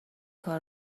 کار